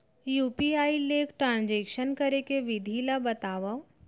UPI ले transaction करे के विधि ला बतावव?